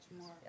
more